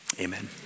amen